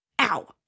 Ow